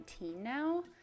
now